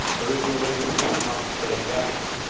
there is no regulation about the spreading of ashes,